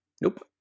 Nope